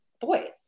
boys